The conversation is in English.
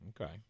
Okay